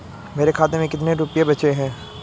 मेरे खाते में कितने रुपये बचे हैं?